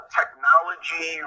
technology